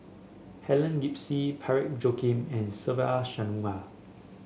Helen Gilbey Parsick Joaquim and Se Ve Shanmugam